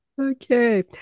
okay